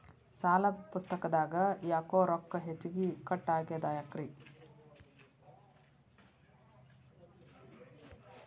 ಸಾಲದ ಪುಸ್ತಕದಾಗ ಯಾಕೊ ರೊಕ್ಕ ಹೆಚ್ಚಿಗಿ ಕಟ್ ಆಗೆದ ಯಾಕ್ರಿ?